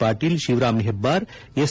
Patil Shivaram Hebbar S